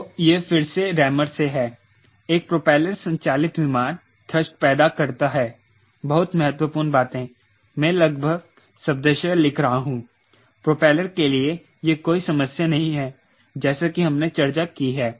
तो यह फिर से रेमर से है एक प्रोपेलर संचालित विमान थ्रस्ट पैदा करता है बहुत महत्वपूर्ण बातें मैं लगभग शब्दशः लिख रहा हूँ प्रोपेलर के लिए यह कोई समस्या नहीं है जैसा कि हमने चर्चा की है